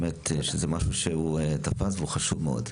שזה משהו שהוא תפס והוא חשוב מאוד.